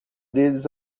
deles